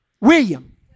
William